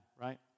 right